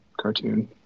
cartoon